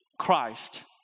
christ